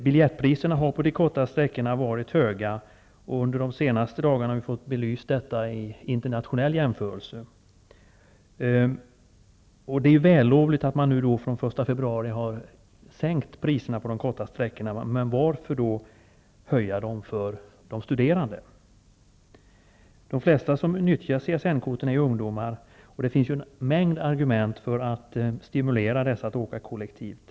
Biljettpriserna på resor på korta sträckor har varit höga. Under de senaste dagarna har detta belysts i samband med en internationell jämförelse. Det är vällovligt att priserna från den 1 januari är lägre för resor på korta sträckor -- men varför då höja priserna på resor för studerande? De flesta som nyttjar CSN-korten är ju ungdomar. Det finns en mängd argument när det gäller att stimulera de unga att åka kollektivt.